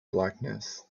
blackness